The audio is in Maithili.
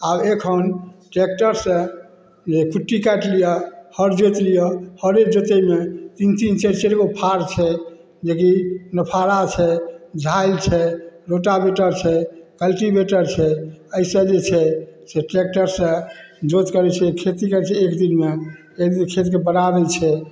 आब एखन ट्रैकटरसँ जे कुट्टी काटि लिअऽ हर जोति लिअऽ हरे जोतैमे तीन तीन चारि चारिगो फार छै जेकि नौफारा छै झालि छै रोटावेटर छै कल्टीवेटर छै एहिसँ जे छै से ट्रैकटरसँ जोत करै छै खेती करै छै एक दिनमे एक दिन खेतके बना दै छै